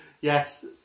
Yes